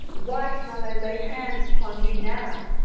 why cannot i lay hands upon thee now?